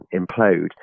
implode